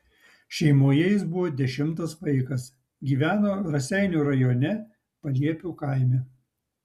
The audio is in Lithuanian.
šeimoje jis buvo dešimtas vaikas gyveno raseinių rajone paliepių kaime